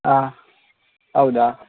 ಹಾಂ ಹೌದಾ